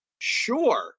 sure